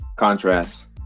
Contrast